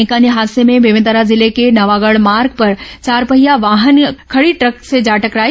एक अन्य हादसे में बेमेतरा जिले के नवागढ़ मार्ग पर चारपहिया वाहन खड़ी ट्रक से टकरा गया